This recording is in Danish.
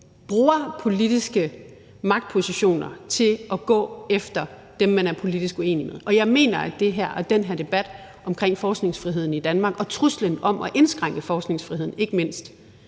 bruger politiske magtpositioner til at gå efter dem, man er politisk uenig med. Jeg mener, at den her debat om forskningsfriheden i Danmark og truslen om at indskrænke forskningsfriheden ikke mindst